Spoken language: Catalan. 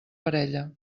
parella